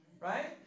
right